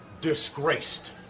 disgraced